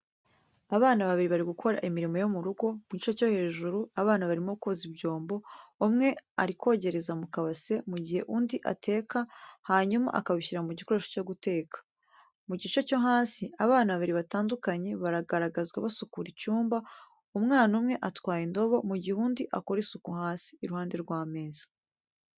Abana babiri bari gukora imirimo yo mu rugo, mu gice cyo hejuru, abana babiri barimo koza ibyombo: umwe ari kogereza mu kabase, mu gihe undi ateka hanyuma akabishyira ku gikoresho cyo guteka. Mu gice cyo hasi, abana babiri batandukanye bagaragazwa basukura icyumba, umwana umwe atwaye indobo, mu gihe undi akora isuku hasi, iruhande rw'ameza.